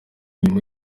nyuma